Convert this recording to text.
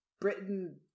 Britain